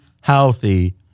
healthy